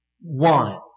one